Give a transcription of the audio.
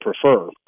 prefer